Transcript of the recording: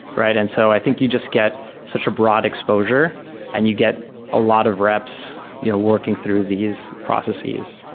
right? and so i think you just get such a broad exposure and you get a lot of reps you know working through these processes.